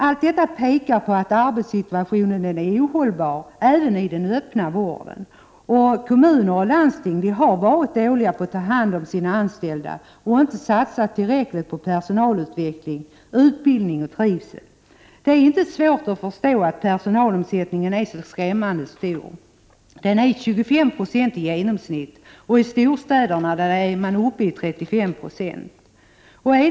Allt detta tyder på att arbetssituationen är ohållbar även i den öppna vården och att kommuner och landsting varit dåliga på att ta hand om sina anställda och inte satsat tillräckligt på personalutveckling, utbildning och trivsel. Det är inte svårt att förstå att personalomsättningen är så skrämmande stor - 25 0 i genomsnitt och i storstäderna 35 Ze.